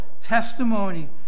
testimony